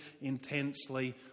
intensely